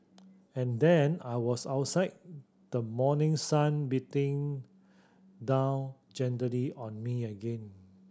and then I was outside the morning sun beating down gently on me again